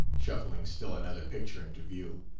shuffling still another picture into view.